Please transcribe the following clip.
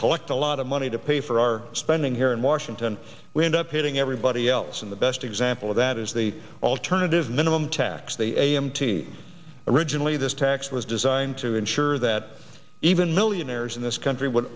collect a lot of money to pay for our spending here in washington we end up hating everybody else and the best example of that is the alternative minimum tax they emptied originally this tax was designed to ensure that even millionaires in this country would